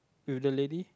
with the lady